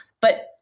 but-